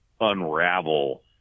unravel